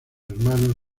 hermanos